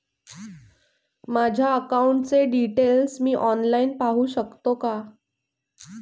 माझ्या अकाउंटचे डिटेल्स मी ऑनलाईन पाहू शकतो का?